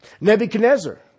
Nebuchadnezzar